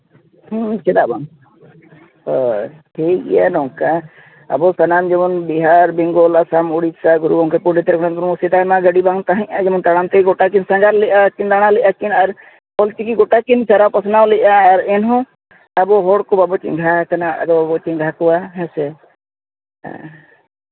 ᱦᱮᱸ ᱪᱮᱫᱟᱜ ᱵᱟᱝ ᱦᱳᱭ ᱴᱷᱤᱠ ᱜᱮᱭᱟ ᱱᱚᱝᱠᱟ ᱟᱵᱚ ᱥᱟᱱᱟᱢ ᱡᱮᱢᱚᱱ ᱵᱤᱦᱟᱨ ᱵᱮᱝᱜᱚᱞ ᱟᱥᱟᱢ ᱩᱲᱤᱥᱥᱟ ᱜᱩᱨᱩ ᱜᱚᱢᱠᱮ ᱯᱚᱱᱰᱤᱛ ᱨᱚᱜᱷᱩᱱᱟᱛᱷ ᱢᱩᱨᱢᱩ ᱥᱮᱫᱟᱭ ᱢᱟ ᱜᱟᱹᱰᱤ ᱵᱟᱝ ᱛᱟᱦᱮᱸᱫᱼᱟ ᱡᱮᱢᱚᱱ ᱛᱟᱲᱟᱢ ᱛᱮᱜᱮ ᱜᱚᱴᱟᱠᱤᱱ ᱥᱟᱸᱜᱷᱟᱨ ᱞᱮᱫᱼᱟ ᱠᱤᱱ ᱛᱟᱲᱟᱢ ᱞᱮᱫᱼᱟ ᱠᱤᱱ ᱟᱨ ᱚᱞᱪᱤᱠᱤ ᱜᱚᱴᱟ ᱠᱤᱱ ᱪᱷᱟᱨᱟᱣ ᱯᱟᱥᱱᱟᱣ ᱞᱮᱫᱼᱟ ᱟᱨ ᱮᱱᱦᱚᱸ ᱟᱵᱚ ᱦᱚᱲ ᱠᱚ ᱵᱟᱵᱚ ᱪᱮᱸᱜᱷᱟᱣ ᱠᱟᱱᱟ ᱟᱫᱚ ᱵᱚᱱ ᱪᱮᱸᱜᱷᱟ ᱠᱚᱣᱟ ᱦᱮᱸ ᱥᱮ ᱦᱮᱸ